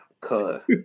Cut